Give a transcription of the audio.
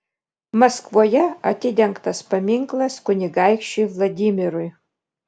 maskvoje atidengtas paminklas kunigaikščiui vladimirui